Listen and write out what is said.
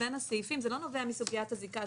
בין הסעיפים זה לא נובע מסוגיית הזיקה,